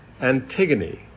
Antigone